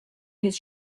his